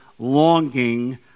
longing